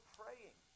praying